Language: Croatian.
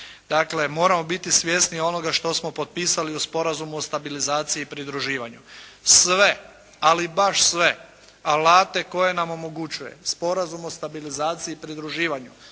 Dakle, moramo biti svjesni onoga što smo potpisali u Sporazumu o stabilizaciji i pridruživanju. Sve, ali baš sve alate koje nam omogućuje Sporazum o stabilizaciji i pridruživanju,